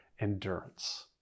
endurance